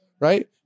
Right